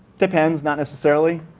depends, not necessarily.